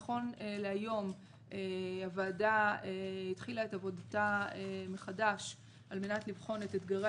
נכון להיום הוועדה התחילה את עבודתה מחדש על מנת לבחון את אתגרי